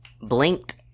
blinked